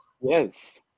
Yes